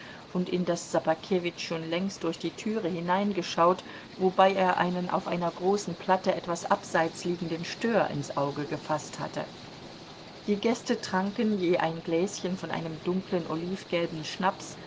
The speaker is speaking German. und in das ssobakewitsch schon längst durch die türe hineingeschaut wobei er einen auf einer großen platte etwas abseits liegenden stör ins auge gefaßt hatte die gäste tranken je ein gläschen von einem dunklen olivgelben schnaps